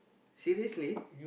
seriously